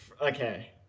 okay